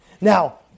Now